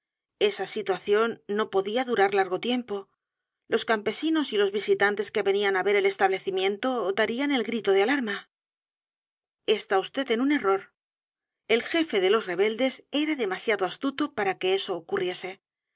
esa situación no podía durar largo tiempo los campesinos y los visitantes que venían á ver el establecimiento darían el grito de alarma e s t á vd en un error el jefe de los rebeldes era demasiado astuto p a r a que eso ocurriese